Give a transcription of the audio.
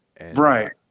right